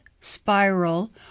spiral